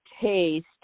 taste